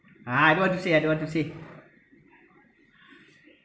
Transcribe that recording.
ah I don't want to say I don't want to say